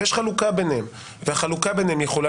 יש חלוקה ביניהן החלוקה ביניהן יכולה